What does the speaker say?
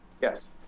Yes